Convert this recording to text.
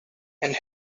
and